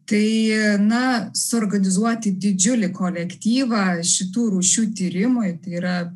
tai na suorganizuoti didžiulį kolektyvą šitų rūšių tyrimui tai yra